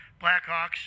blackhawks